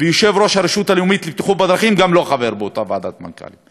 ויושב-ראש הרשות הלאומית לבטיחות בדרכים גם לא חבר באותה ועדת מנכ"לים,